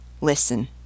listen